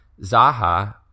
Zaha